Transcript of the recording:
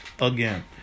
again